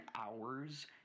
hours